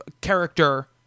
character